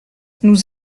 nous